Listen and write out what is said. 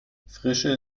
frische